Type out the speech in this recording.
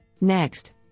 Next